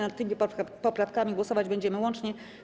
Nad tymi poprawkami głosować będziemy łącznie.